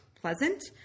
pleasant